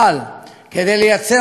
כדי לייצר מאסה קריטית